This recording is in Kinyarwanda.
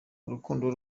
urukundo